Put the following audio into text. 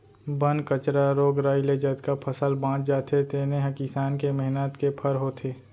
बन कचरा, रोग राई ले जतका फसल बाँच जाथे तेने ह किसान के मेहनत के फर होथे